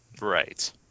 Right